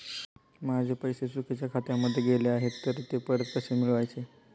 माझे पैसे चुकीच्या खात्यामध्ये गेले आहेत तर ते परत कसे मिळवायचे?